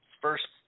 first